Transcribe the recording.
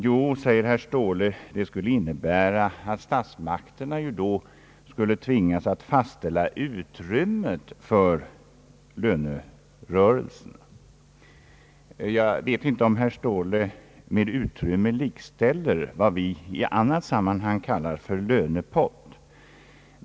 Jo, säger herr Ståhle, det innebär att statsmakterna skulle tvingas att fastställa utrymmet för lönerörelserna. Jag vet inte om herr Ståhle med begreppet utrymme likställer det vi i andra sammanhang kallar för lönepott.